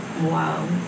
wow